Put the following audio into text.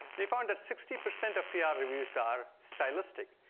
he found that sixty percent of pr ah reviews are stylistic.